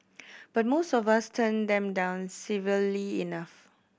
but most of us turn them down civilly enough